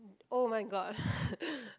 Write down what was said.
!oh-my-god!